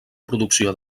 producció